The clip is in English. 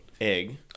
egg